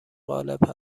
غالب